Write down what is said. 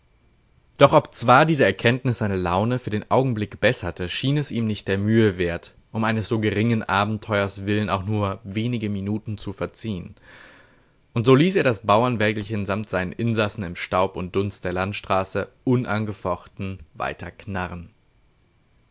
doch obzwar diese erkenntnis seine laune für den augenblick besserte schien es ihm nicht der mühe wert um eines so geringen abenteuers willen auch nur wenige minuten zu verziehen und so ließ er das bauernwägelchen samt seinen insassen im staub und dunst der landstraße unangefochten